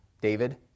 David